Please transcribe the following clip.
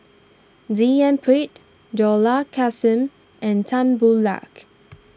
D N Pritt Dollah Kassim and Tan Boo Liat